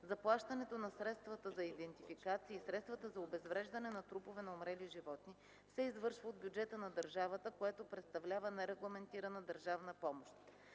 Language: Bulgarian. заплащането на средствата са идентификация и средствата за обезвреждане на трупове на умрели животни се извършва от бюджета на държавата, което представлява нерегламентирана държавна помощ.